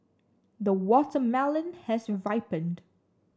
the watermelon has ripened